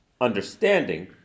understanding